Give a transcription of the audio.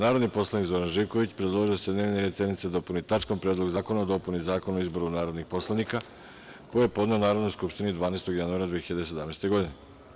Narodni poslanik Zoran Živković, predložio je da se dnevni red sednice dopuni tačkom - Predlog zakona o dopuni Zakona o izboru narodnih poslanika, koji je podneo Narodnoj skupštini 12. januara 2017. godine.